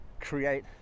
create